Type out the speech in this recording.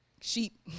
sheep